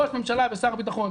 ראש ממשלה ושר הביטחון,